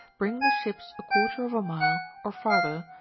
bring the ships a quarter of a mile, or farther,